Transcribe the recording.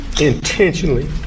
intentionally